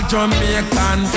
Jamaican